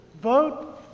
vote